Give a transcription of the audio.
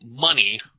money